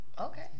Okay